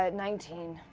ah nineteen.